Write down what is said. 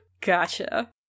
Gotcha